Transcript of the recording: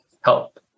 help